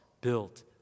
built